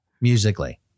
Musically